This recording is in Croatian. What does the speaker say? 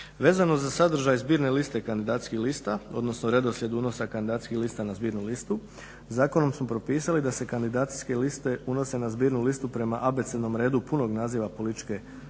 Vezano za sadržaj zbirne liste kandidacijskih lista, odnosno redoslijed unosa kandidacijskih lista na zbirnu listu zakonom smo propisali da se kandidacijske liste unose na zbirnu listu prema abecednom redu punog naziva političke stranke,